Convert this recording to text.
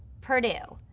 purdue,